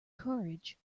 courage